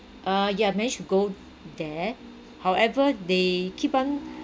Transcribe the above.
uh yeah managed to go there however they keep on